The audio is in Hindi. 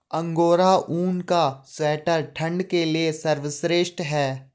अंगोरा ऊन का स्वेटर ठंड के लिए सर्वश्रेष्ठ है